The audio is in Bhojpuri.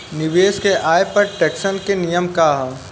निवेश के आय पर टेक्सेशन के नियम का ह?